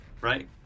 right